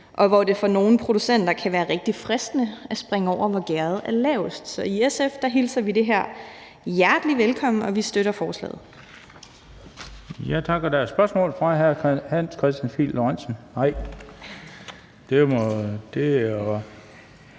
og hvor det for nogle producenter kan være rigtig fristende at springe over, hvor gærdet er lavest. Så i SF hilser vi det her hjertelig velkommen, og vi støtter forslaget. Kl. 16:03 Den fg. formand (Bent Bøgsted): Tak. Der er